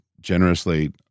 generously